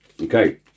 Okay